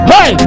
Hey